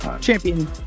champion